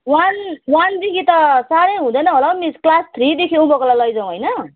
one वानदेखि त साह्रै हुँदैन होला हौ मिस क्लास थ्रीदेखि उँभोकोलाई लैजाऊँ होइन